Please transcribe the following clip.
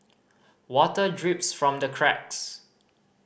water drips from the cracks